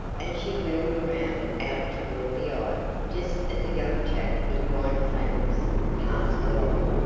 and she wheeled around out toward the aisle just as a young chap in white flannels passed along.